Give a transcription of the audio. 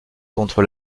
contre